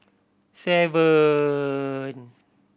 seven